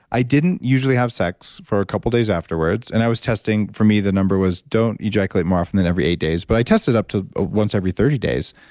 i didn't usually have sex for a couple days afterwards and i was testing for me the number was don't ejaculate more often than every eight days, but i tested up to once every thirty days.